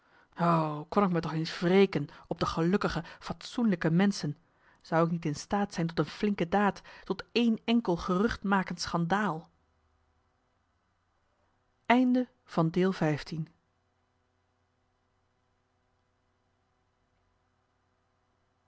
kon ik me toch eens wreken op de gelukkige fatsoenlijke menschen zou ik niet in staat zijn tot een flinke daad tot één enkel geruchtmakend schandaal